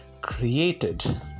created